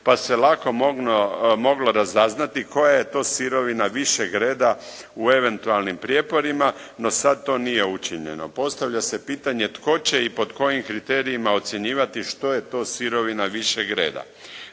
pa se lako moglo razaznati koja je to sirovina višeg reda u eventualnim prijeporima no sad to nije učinjeno. Postavlja se pitanje tko će i pod kojim kriterijima ocjenjivati što je to sirovina višeg reda.